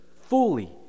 fully